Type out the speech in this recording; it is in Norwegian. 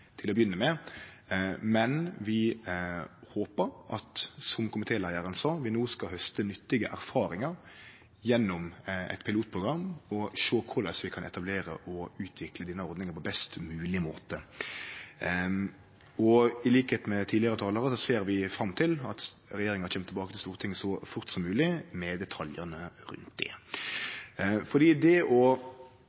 til å begynne med, men vi håpar, som komitéleiaren sa, at vi no skal hauste nyttige erfaringar gjennom eit pilotprogram og sjå korleis vi kan etablere og utvikle denne ordninga på best mogleg måte. Til liks med tidlegare talarar ser vi fram til at regjeringa kjem tilbake til Stortinget så fort som mogleg med detaljane rundt det.